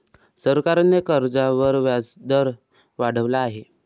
सरकारने कर्जावर व्याजदर वाढवला आहे